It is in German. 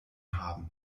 haben